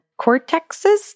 cortexes